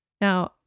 Now